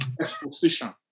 exposition